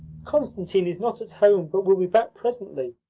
constantine is not at home, but will be back presently.